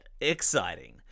exciting